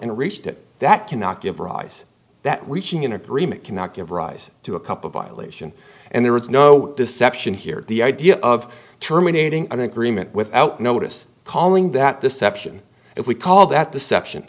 reached it that cannot give rise that reaching an agreement cannot give rise to a couple violation and there is no deception here the idea of terminating an agreement without notice calling that deception if we call that the section